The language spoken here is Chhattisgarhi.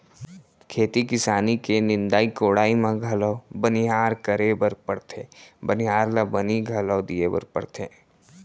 खेती किसानी के निंदाई कोड़ाई म घलौ बनिहार करे बर परथे बनिहार ल बनी घलौ दिये बर परथे